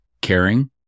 caring